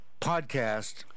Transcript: podcast